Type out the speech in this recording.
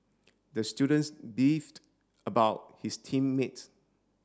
the students beefed about his team mates